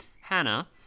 Hannah